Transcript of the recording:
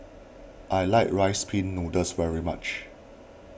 I like Rice Pin Noodles very much